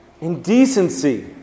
Indecency